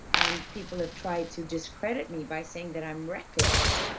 and people have tried to discredit me by saying that i'm reckless,